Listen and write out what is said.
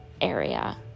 area